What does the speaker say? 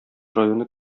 районы